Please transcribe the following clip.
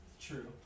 True